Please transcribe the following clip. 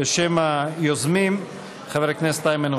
בשם היוזמים, חבר הכנסת איימן עודה.